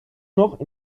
noch